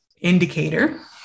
indicator